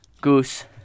Goose